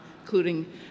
including